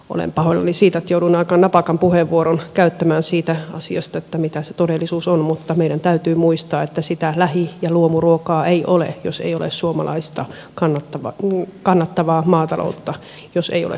olen pahoillani siitä että jouduin aika napakan puheenvuoron käyttämään siitä asiasta mitä se todellisuus on mutta meidän täytyy muistaa että sitä lähi ja luomuruokaa ei ole jos ei ole suomalaista kannattavaa maataloutta ja jos ei ole suomalaisia viljelijöitä